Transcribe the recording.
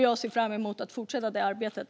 Jag ser fram emot att fortsätta det.